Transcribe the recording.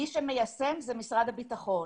מי שמיישם זה משרד הביטחון.